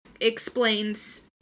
explains